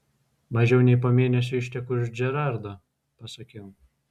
mažiau nei po mėnesio išteku už džerardo pasakiau